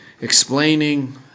explaining